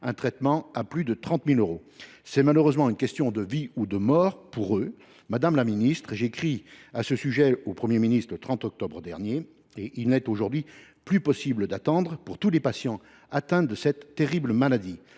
un traitement coûtant plus de 30 000 euros. C’est malheureusement une question de vie ou de mort pour eux. Madame la secrétaire d’État, j’ai écrit à ce sujet au Premier ministre le 30 octobre dernier. Il n’est aujourd’hui plus possible d’attendre, pour tous les patients atteints de cette terrible maladie.